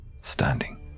standing